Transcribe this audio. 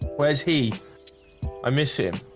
where's he i miss him